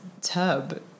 tub